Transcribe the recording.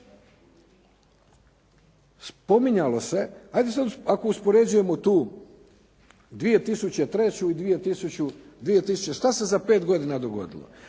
Spominjalo se, 'ajde sada ako uspoređujemo tu 2003. i 2000. Što se za pet godina dogodilo?